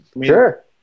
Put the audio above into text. sure